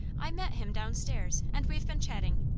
i met him down-stairs and we've been chatting.